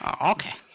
Okay